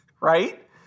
right